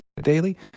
daily